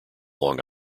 long